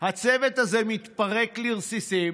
הצוות הזה מתפרק לרסיסים